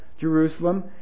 Jerusalem